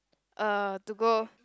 uh to go